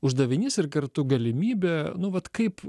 uždavinys ir kartu galimybė nu vat kaip